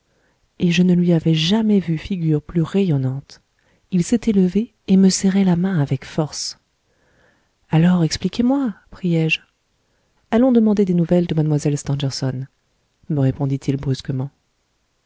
et je ne lui avais jamais vu figure plus rayonnante il s'était levé et me serrait la main avec force alors expliquez-moi priai je allons demander des nouvelles de mlle stangerson me répondit-il brusquement